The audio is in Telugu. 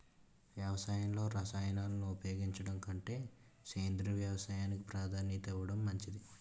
వ్యవసాయంలో రసాయనాలను ఉపయోగించడం కంటే సేంద్రియ వ్యవసాయానికి ప్రాధాన్యత ఇవ్వడం మంచిది